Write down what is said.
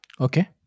Okay